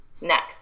next